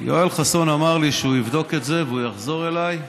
יואל חסון אמר לי שהוא יבדוק את זה והוא יחזור אליי,